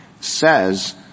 says